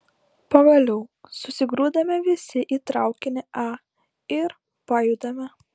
pagaliau susigrūdame visi į traukinį a ir pajudame